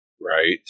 Right